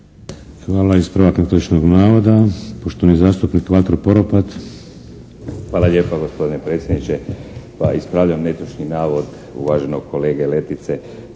Pa ispravljam netočni navod uvaženog kolege Letice